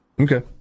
Okay